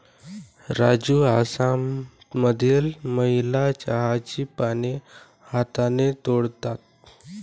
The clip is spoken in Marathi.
राजू आसाममधील महिला चहाची पाने हाताने तोडतात